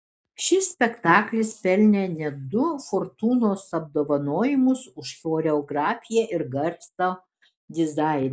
šis spektaklis pelnė net du fortūnos apdovanojimus už choreografiją ir garso dizainą